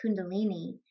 kundalini